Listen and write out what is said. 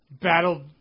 battle